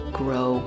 grow